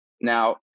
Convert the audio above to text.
Now